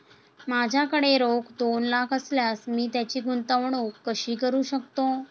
माझ्याकडे रोख दोन लाख असल्यास मी त्याची गुंतवणूक कशी करू शकतो?